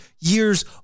years